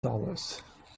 dollars